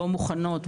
לא מוכנות,